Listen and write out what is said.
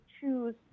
choose